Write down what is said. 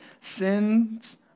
sins